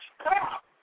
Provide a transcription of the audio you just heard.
Stop